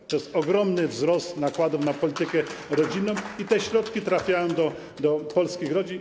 To jest ogromny wzrost nakładów na politykę rodzinną Te środki trafiają do polskich rodzin.